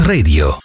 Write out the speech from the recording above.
Radio